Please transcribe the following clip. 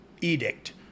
edict